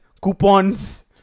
coupons